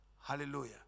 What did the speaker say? Hallelujah